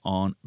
on